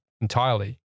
entirely